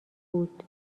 بود